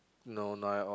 no not at all